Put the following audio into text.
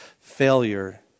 failure